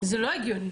זה לא הגיוני.